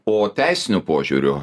o teisiniu požiūriu